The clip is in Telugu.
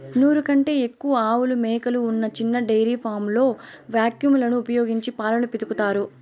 నూరు కంటే ఎక్కువ ఆవులు, మేకలు ఉన్న చిన్న డెయిరీ ఫామ్లలో వాక్యూమ్ లను ఉపయోగించి పాలను పితుకుతారు